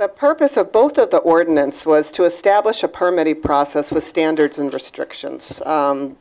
the purpose of both of the ordinance was to establish a permit me process with standards and restrictions